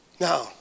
Now